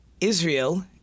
Israel